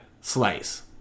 slice